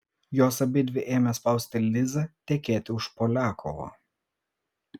jos abidvi ėmė spausti lizą tekėti už poliakovo